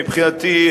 מבחינתי,